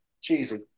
cheesy